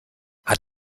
hat